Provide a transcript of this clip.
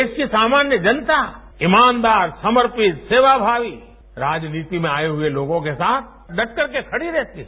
देश की सामान्य जनता ईमानदार समर्पित सेवाभावी राजनीति में आये हुए लोगों के साथ ड्टकरके खड़ी रहती है